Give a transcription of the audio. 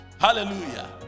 Hallelujah